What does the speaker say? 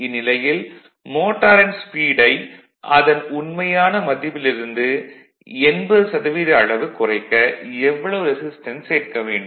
இந்நிலையில் மோட்டாரின் ஸ்பீடை அதன் உண்மையான மதிப்பிலிருந்து 80 சதவீத அளவு குறைக்க எவ்வளவு ரெசிஸ்டன்ஸ் சேர்க்க வேண்டும்